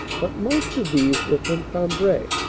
but most of these were from cambrai,